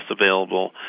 available